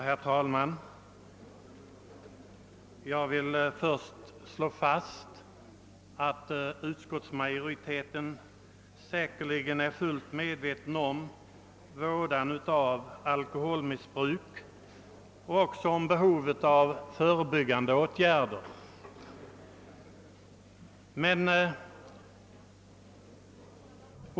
Herr talman! Jag vill först slå fast att utskottsmajoriteten säkerligen är fullt medveten om vådan av alkoholmissbruk och också om behovet av förebyggande åtgärder.